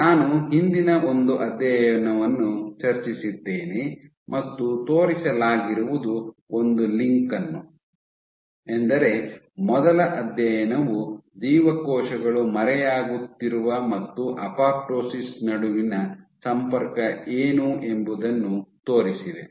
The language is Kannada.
ನಾನು ಹಿಂದಿನ ಒಂದು ಅಧ್ಯಯನವನ್ನು ಚರ್ಚಿಸಿದ್ದೇನೆ ಮತ್ತು ತೋರಿಸಲಾಗಿರುವುದು ಒಂದು ಲಿಂಕ್ ಅನ್ನು ಎಂದರೆ ಮೊದಲ ಅಧ್ಯಯನವು ಜೀವಕೋಶಗಳು ಮರೆಯಾಗುತ್ತಿರುವ ಮತ್ತು ಅಪೊಪ್ಟೋಸಿಸ್ ನಡುವಿನ ಸಂಪರ್ಕ ಏನು ಎಂಬುದನ್ನು ತೋರಿಸಿದೆ